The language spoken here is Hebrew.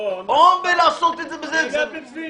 או לעשות את זה --- ביד בן צבי.